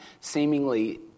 seemingly